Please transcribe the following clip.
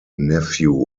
nephew